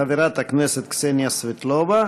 חברת הכנסת קסניה סבטלובה,